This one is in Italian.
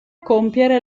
compiere